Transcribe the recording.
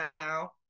now